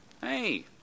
Hey